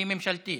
היא ממשלתית.